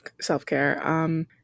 self-care